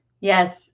yes